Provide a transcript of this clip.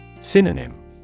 Synonym